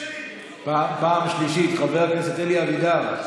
פעם שלישית, חבר הכנסת אלי אבידר.